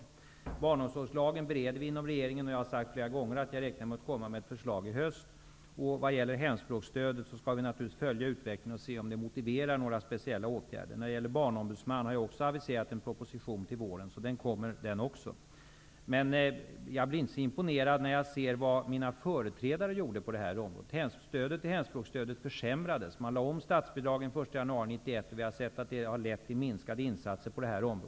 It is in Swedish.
Vi bereder ärendet om barnomsorgslagen inom regeringen, och jag har flera gånger sagt att jag räknar med att återkomma med ett förslag i höst. Vi skall naturligtvis följa utvecklingen vad gäller hemspråksstödet och se om det är motiverat med några speciella åtgärder. Jag har också aviserat en proposition om en barnombudsman till våren, så den kommer också. Jag blir inte så imponerad när jag ser vad mina företrädare gjorde på det här området. Hemspråksstödet försämrades. Statsbidragen lades om den 1 januari 1991, och vi har sett att det har lett till minskade insatser.